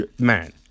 man